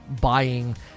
buying